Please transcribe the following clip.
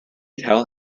tell